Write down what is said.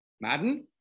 Madden